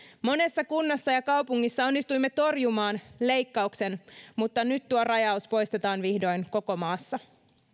monessa kunnassa ja kaupungissa onnistuimme torjumaan leikkauksen mutta nyt tuo rajaus poistetaan vihdoin koko maassa